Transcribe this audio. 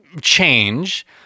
change